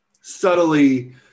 subtly